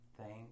thank